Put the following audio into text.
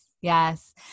Yes